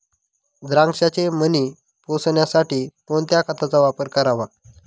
द्राक्षाचे मणी पोसण्यासाठी कोणत्या खताचा वापर करावा?